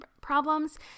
problems